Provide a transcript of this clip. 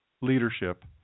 leadership